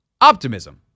Optimism